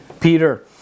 Peter